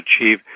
achieve